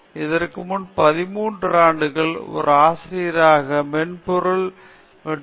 இதற்கு முன் கடந்த 13 ஆண்டுகளில் ஒரு ஆசிரியராக மென்பொருள் நிரலாக்க மற்றும் வன்பொருள் ஒருங்கிணைப்பு தொழிலில் வேலை பார்த்தேன்